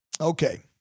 Okay